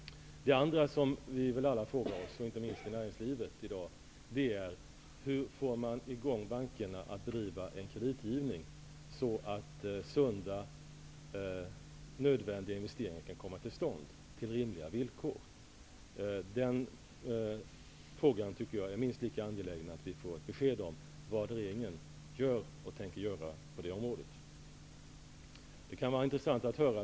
Den andra frågan, som väl alla ställer sig, inte minst i näringslivet, är: Hur får man bankerna att driva en kreditgivning, så att sunda, nödvändiga investeringar kan komma till stånd på rimliga villkor? Det är minst lika angeläget att få besked om vad regeringen gör och tänker göra på det området.